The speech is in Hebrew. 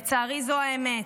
לצערי זו האמת.